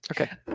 Okay